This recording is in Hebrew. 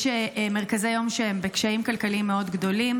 יש מרכזי יום בקשיים כלכליים מאוד גדולים.